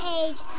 age